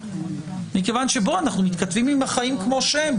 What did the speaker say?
מכיוון שאנחנו מתכתבים עם החיים כמו שהם,